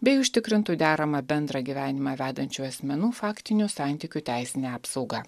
bei užtikrintų deramą bendrą gyvenimą vedančių asmenų faktinių santykių teisinę apsaugą